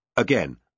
Again